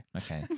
Okay